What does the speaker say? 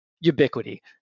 ubiquity